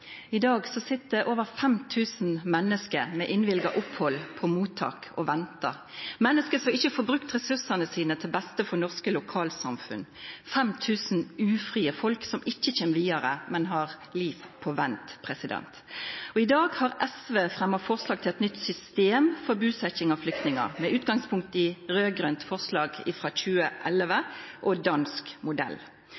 I dag sit over 5 000 menneske med godkjent opphald i mottak og ventar – menneske som ikkje får brukt ressursane sine til beste for norske lokalsamfunn, 5 000 ufrie folk som ikkje kjem vidare, men som har sett sitt liv på vent. I dag har SV fremja forslag til eit nytt system for busetjing av flyktningar, som tek utgangspunkt i eit raud-grønt forslag frå 2011